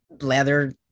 leather